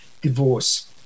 divorce